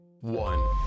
one